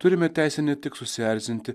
turime teisę ne tik susierzinti